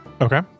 Okay